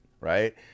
right